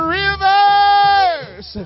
rivers